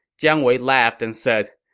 jiang wei laughed and said,